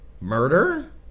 murder